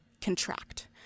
contract